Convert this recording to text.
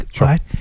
right